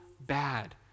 bad